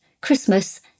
Christmas